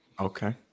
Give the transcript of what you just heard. Okay